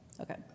Okay